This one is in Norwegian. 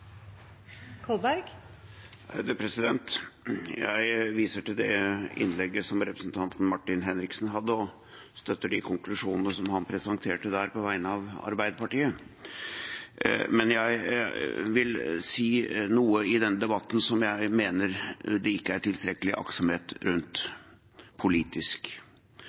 Henriksen hadde, og støtter de konklusjonene som han presenterte der på vegne av Arbeiderpartiet. Men jeg vil si noe i denne debatten som jeg mener det ikke er tilstrekkelig aktsomhet rundt politisk,